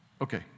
Okay